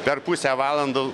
per pusę valandos